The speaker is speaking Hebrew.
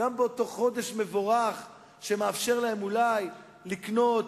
גם באותו חודש מבורך שמאפשר להם אולי לקנות